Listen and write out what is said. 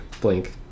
blink